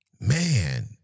man